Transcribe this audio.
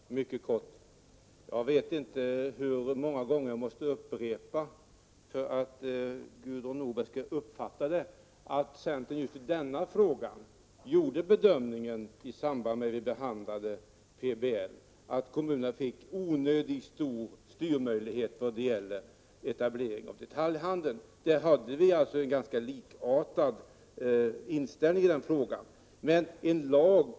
Herr talman! Mycket kort. Jag vet inte hur många gånger jag måste upprepa för att Gudrun Norberg skall uppfatta att centern just i denna fråga i samband med att vi behandlade PBL gjorde den bedömningen att kommunerna fick onödigt stora styrmöjligheter när det gäller etablering av detaljhandeln. Där hade vi alltså en ganska likartad inställning.